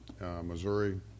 Missouri